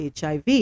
HIV